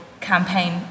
campaign